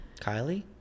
Kylie